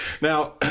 Now